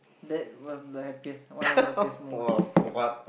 that was the happiest one of the happiest moment